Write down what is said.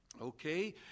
Okay